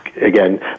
Again